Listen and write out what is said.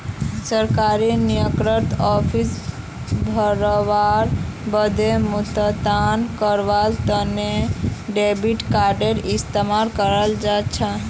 सरकारी नौकरीर फॉर्म भरवार बादे भुगतान करवार तने डेबिट कार्डडेर इस्तेमाल कियाल जा छ